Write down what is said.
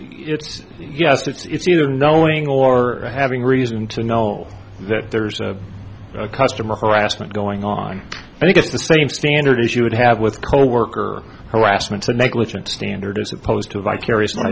it's yes that it's either knowing or having reason to know that there is a customer harassment going on and he gets the same standard as you would have with coworker harassment or negligent standard as opposed to vicarious